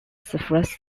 first